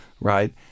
right